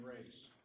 race